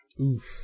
Oof